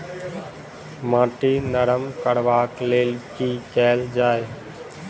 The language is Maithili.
माटि नरम करबाक लेल की केल जाय?